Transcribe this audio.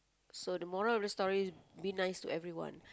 so the moral of the story is be nice to everyone